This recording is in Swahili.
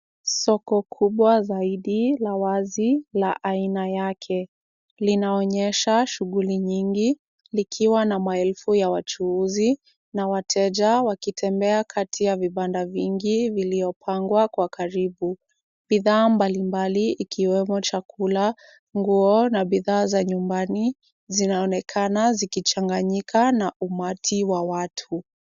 Soko kubwa zaidi la wazi la aina yake. Linaonyesha shughuli nyingi, likiwa na maelfu ya wachuuzi na wateja wakitembea kati ya vibanda vingi viliopangwa kwa karibu. Bidhaa mbalimbali ikiwemo chakula, nguo na bidhaa za nyumbani, zinaonekana zikichanganyika na umati wa watu.